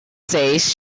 says